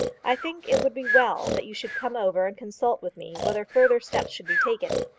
i think it would be well that you should come over and consult with me whether further steps should be taken.